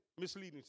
misleading